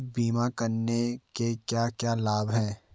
बीमा करने के क्या क्या लाभ हैं?